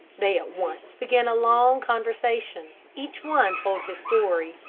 they at once began a long conversation, each one told his story.